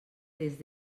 des